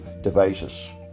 devices